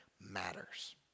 matters